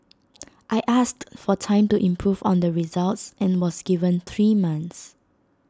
I asked for time to improve on the results and was given three months